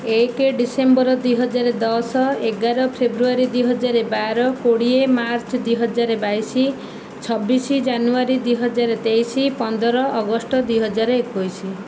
ଏକ ଡିସେମ୍ବର ଦୁଇ ହଜାର ଦଶ ଏଗାର ଫେବୃଆରୀ ଦୁଇ ହଜାର ବାର କୋଡ଼ିଏ ମାର୍ଚ୍ଚ ଦୁଇ ହଜାର ବାଇଶ ଛବିଶ ଜାନୁଆରୀ ଦୁଇ ହଜାର ତେଇଶ ପନ୍ଦର ଅଗଷ୍ଟ ଦୁଇ ହଜାର ଏକୋଇଶ